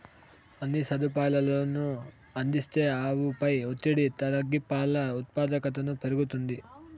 అన్ని సదుపాయాలనూ అందిస్తే ఆవుపై ఒత్తిడి తగ్గి పాల ఉత్పాదకతను పెరుగుతుంది